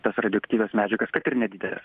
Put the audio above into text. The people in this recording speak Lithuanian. tas radioaktyvias medžiagas kad ir nedideles